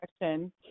question